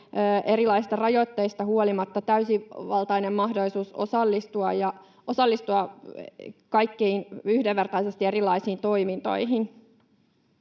erilaisista rajoitteista huolimatta täysivaltainen mahdollisuus osallistua yhdenvertaisesti erilaisiin toimintoihin.